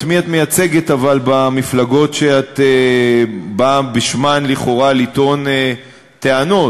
את מי את מייצגת במפלגות שאת באה בשמן לכאורה לטעון טענות?